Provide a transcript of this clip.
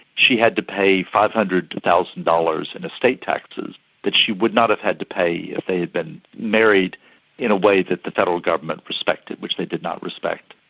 she had to pay five hundred thousand dollars in estate taxes that she would not have had to pay if they had been married in a way that the federal government respected, which they did not respect.